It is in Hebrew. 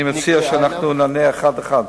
אני מציע שנענה אחת-אחת.